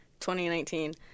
2019